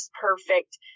perfect